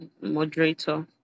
moderator